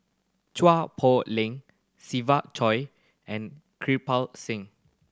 Chua Poh Leng Siva Choy and Kirpal Singh